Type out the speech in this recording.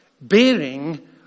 bearing